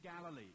Galilee